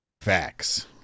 Facts